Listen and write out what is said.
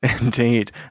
Indeed